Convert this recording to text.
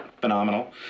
phenomenal